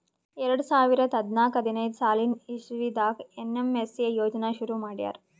ಎರಡ ಸಾವಿರದ್ ಹದ್ನಾಲ್ಕ್ ಹದಿನೈದ್ ಸಾಲಿನ್ ಇಸವಿದಾಗ್ ಏನ್.ಎಮ್.ಎಸ್.ಎ ಯೋಜನಾ ಶುರು ಮಾಡ್ಯಾರ್